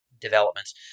developments